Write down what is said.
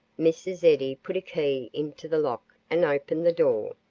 mrs. eddy put a key into the lock and opened the door.